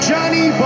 Johnny